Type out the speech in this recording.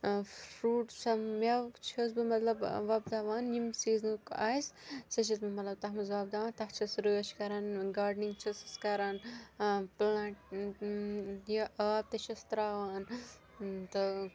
فرٛوٗٹسَو مٮ۪وٕ چھَس بہٕ مطلب وۄپداوان یِم سیٖزنُک آسہِ سُہ چھَس بہٕ مطلب تَتھ منٛز وۄپداوان تَتھ چھَس رٲچھ کَران گاڈنِنٛگ چھَسَس کَران پٕلانٛٹ یہِ آب تہِ چھَس ترٛاوان تہٕ